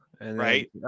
Right